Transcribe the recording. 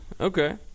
okay